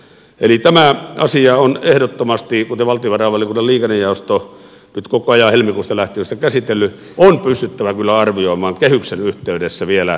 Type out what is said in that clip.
eli tämä asia on ehdottomasti kuten valtiovarainvaliokunnan liikennejaosto nyt koko ajan helmikuusta lähtien on sitä käsitellyt pystyttävä kyllä arvioimaan kehyksen yhteydessä vielä vastuullisesti